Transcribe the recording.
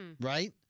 Right